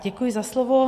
Děkuji za slovo.